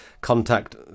contact